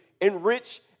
enrich